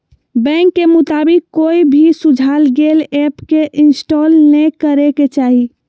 bank के मुताबिक, कोई भी सुझाल गेल ऐप के इंस्टॉल नै करे के चाही